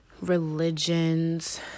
Religions